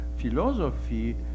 philosophy